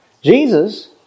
Jesus